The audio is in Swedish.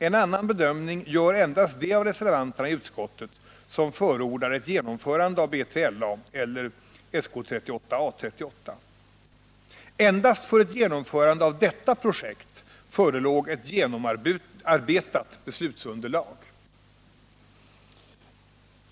En annan bedömning gör endast de av reservanterna i utskottet som förordar ett genomförande av B3LA eller A 38/SK 38. Endast för ett genomförande av detta projekt förelåg ett genomarbetat beslutsunderlag.